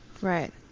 Right